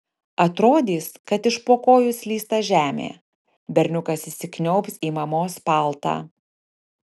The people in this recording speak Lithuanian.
atrodys kad iš po kojų slysta žemė berniukas įsikniaubs į mamos paltą